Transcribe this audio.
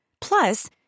Plus